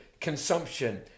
consumption